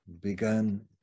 began